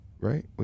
right